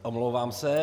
Omlouvám se.